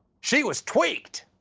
she was tweaked!